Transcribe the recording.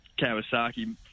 Kawasaki